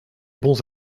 bons